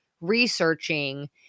researching